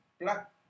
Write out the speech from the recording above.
black